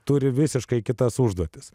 turi visiškai kitas užduotis